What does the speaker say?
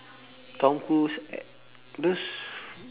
tom cruise those